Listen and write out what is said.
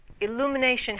Illumination